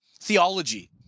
theology